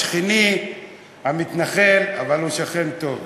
שכני המתנחל, אבל הוא שכן טוב,